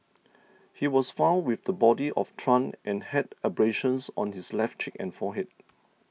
he was found with the body of Tran and had abrasions on his left cheek and forehead